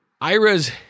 IRAs